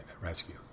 rescue